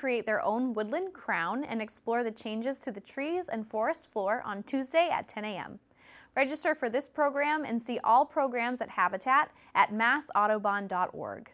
create their own woodland crown and explore the changes to the trees and forest floor on tuesday at ten am register for this program and see all programs at habitat at mass autobahn dot org